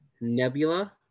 Nebula